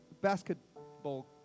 basketball